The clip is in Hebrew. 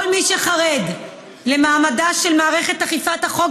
כל מי שחרד למעמדה של מערכת אכיפת החוק